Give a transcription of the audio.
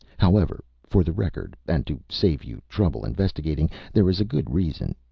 however, for the record, and to save you trouble investigating there is a good reason.